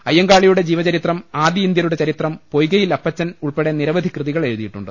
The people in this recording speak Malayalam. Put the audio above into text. അയ്യങ്കാളിയുടെ ജീവചരിത്രം ആദി ഇന്ത്യരുടെ ചരിത്രം പൊയ്കയിൽ അപ്പച്ചൻ ഉൾപ്പെട്ട് നിരവധി കൃതികൾ എഴുതിയിട്ടുണ്ട്